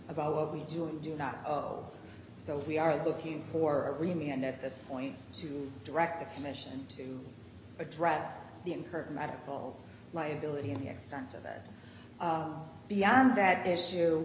about what we do and do not so we are looking for a reunion at this point to direct a commission to address the incurred medical liability of the extent of that beyond that issue